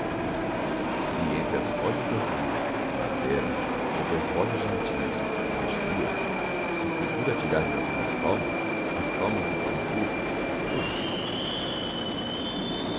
se entre as rosas das minhas primaveras houver rosas gentis de espinhos nuas se o futuro atirar-me algumas palmas as palmas do cantor são todas tuas